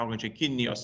augančiai kinijos